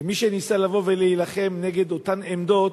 שמי שניסה לבוא ולהילחם נגד אותן עמדות,